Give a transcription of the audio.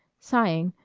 sighing,